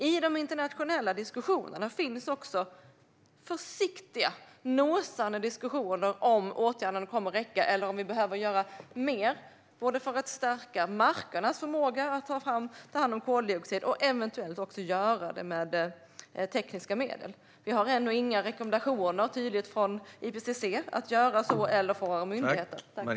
I de internationella diskussionerna finns också försiktiga nosande diskussioner om huruvida åtgärderna kommer att räcka eller om vi behöver göra mer för att stärka markernas förmåga att ta hand om koldioxid, eventuellt också med tekniska medel. Vi har ännu inga tydliga rekommendationer från IPCC eller våra myndigheter om att göra så.